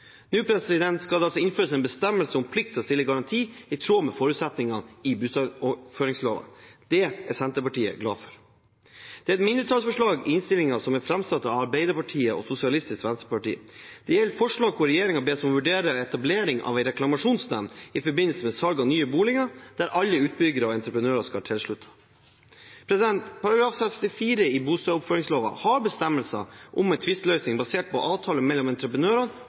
Nå innføres det en bestemmelse om plikt til å stille garanti, i tråd med forutsetningene i bustadoppføringslova. Det er Senterpartiet glad for. Det er et mindretallsforslag i innstillingen som er framsatt av Arbeiderpartiet og Sosialistisk Venstreparti. Det er et forslag hvor regjeringen bes om å vurdere å etablere en reklamasjonsnemnd i forbindelse med salg av nye boliger, der alle utbyggere og entreprenører skal være tilsluttet. § 64 i bustadoppføringslova har bestemmelser om en tvisteløsning basert på avtale mellom entreprenørene